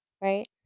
right